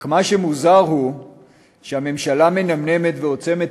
רק מה שמוזר הוא שהממשלה מנמנמת ועוצמת